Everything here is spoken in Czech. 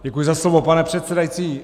Děkuji za slovo, pane předsedající.